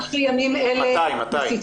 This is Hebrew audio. ממש בימים הקרובים.